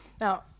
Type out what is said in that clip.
now